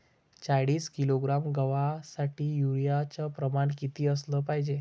चाळीस किलोग्रॅम गवासाठी यूरिया च प्रमान किती असलं पायजे?